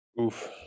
Oof